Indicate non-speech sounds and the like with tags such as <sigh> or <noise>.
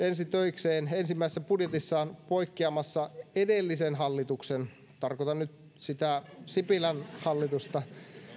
<unintelligible> ensi töikseen ensimmäisessä budjetissaan poikkeamassa edellisen hallituksen tarkoitan nyt sitä sipilän hallitusta